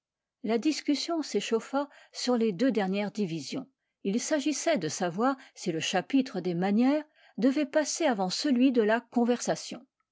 la discussion s'échauffa sur les deux dernières divisions il s'agissait de savoir si le chapitre des manières devait passer avant celui de la conversation